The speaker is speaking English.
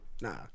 Nah